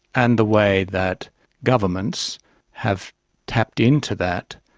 and the way that governments have tapped into that,